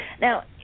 Now